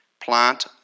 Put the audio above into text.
plant